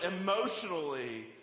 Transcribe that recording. emotionally